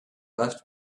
left